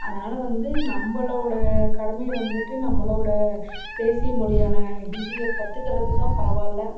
அதனால் வந்து நம்பளோட கடமை வந்துவிட்டு நம்பளோட தேசியமொழியான ஹிந்தியை கற்றுக்கிறதுதான் பரவாயில்ல